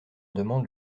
demande